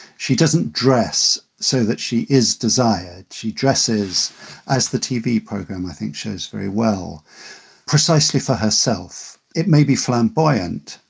she doesn't dress so that she is desire. she dresses as the tv program, i think shows very well precisely for herself. it may be flamboyant,